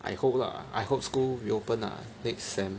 I hope lah I hope school reopen lah next sem